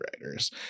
writers